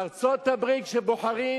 תגיד לי, בארצות-הברית, כשבוחרים